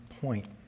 point